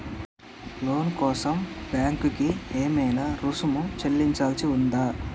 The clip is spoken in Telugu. లోను కోసం బ్యాంక్ కి ఏమైనా రుసుము చెల్లించాల్సి ఉందా?